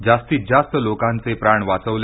जास्तीत जास्त लोकांचे प्राण वाचवले